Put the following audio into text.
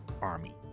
army